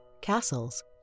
castles